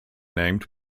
named